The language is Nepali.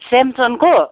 स्यामसङ्गको